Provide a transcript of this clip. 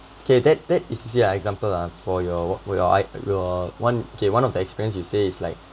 okay that that is you see ah example ah for your for your i~ your one okay one of the experience you say it's like